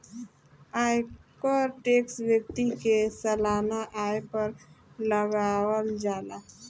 आयकर टैक्स व्यक्ति के सालाना आय पर लागावल जाला